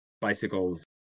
bicycles